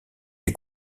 des